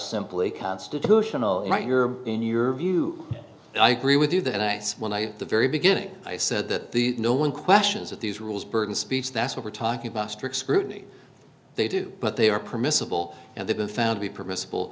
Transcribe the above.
simply a constitutional right you're in your view i agree with you that on ice when i the very beginning i said that the no one questions that these rules burton speech that's what we're talking about strict scrutiny they do but they are permissible and they've been found to be permissible